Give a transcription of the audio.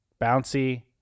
Bouncy